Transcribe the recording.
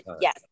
yes